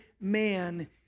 man